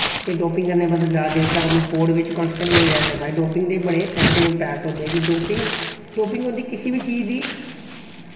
ते डोपिंग कन्नै बंदा जैदा देर तक अपनी स्पोर्ट बिच कांस्टेंट नेईं रेही सकदा डोपिंग दे बड़े नेगेटिव इम्पैक्ट होंदे कि डोपिंग डोपिंग होंदी किसी बी चीज दी